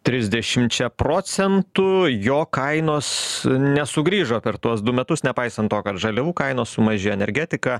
trisdešimčia procentų jo kainos nesugrįžo per tuos du metus nepaisant to kad žaliavų kainos sumažėjo energetika